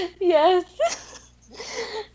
Yes